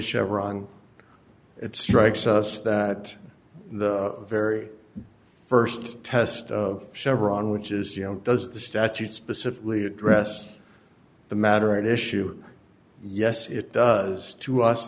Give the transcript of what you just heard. chevron it strikes us that the very st test of chevron which is you know does the statute specifically address the matter at issue yes it does to us